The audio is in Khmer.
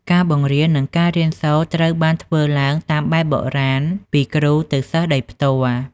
ការបង្រៀននិងការរៀនសូត្រត្រូវបានធ្វើឡើងតាមបែបបុរាណពីគ្រូទៅសិស្សដោយផ្ទាល់។